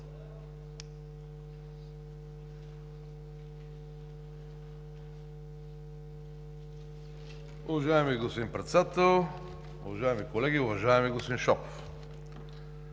Уважаеми господин Председател, уважаеми колеги! Уважаеми господин Шопов,